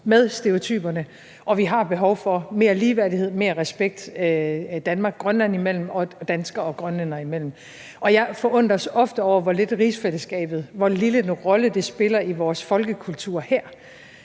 med stereotyperne. Og vi har behov for mere ligeværdighed og mere respekt Danmark og Grønland imellem og danskere og grønlændere imellem. Jeg forundres ofte over, hvor lille en rolle rigsfællesskabet spiller i vores folkekultur her,